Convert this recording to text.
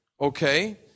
Okay